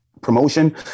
promotion